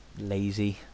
lazy